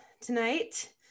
tonight